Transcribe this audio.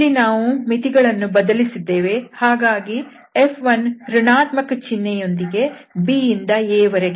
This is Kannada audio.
ಇಲ್ಲಿ ನಾವು ಮಿತಿ ಗಳನ್ನು ಬದಲಿಸಿದ್ದೇವೆ ಹಾಗಾಗಿ F1 ಋಣಾತ್ಮಕ ಚಿಹ್ನೆಯೊಂದಿಗೆ b ಇಂದ a ವರೆಗೆ